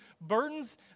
burdens